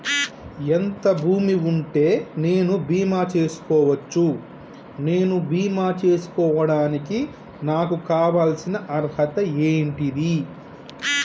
ఎంత భూమి ఉంటే నేను బీమా చేసుకోవచ్చు? నేను బీమా చేసుకోవడానికి నాకు కావాల్సిన అర్హత ఏంటిది?